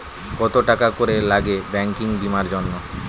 কত টাকা করে লাগে ব্যাঙ্কিং বিমার জন্য?